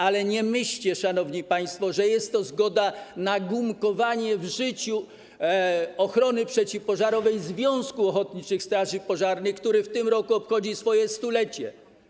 Ale nie myślcie, szanowni państwo, że jest zgoda na gumkowanie w życiu ochrony przeciwpożarowej Związku Ochotniczych Straży Pożarnych RP, który w tym roku obchodzi swoje stulecie.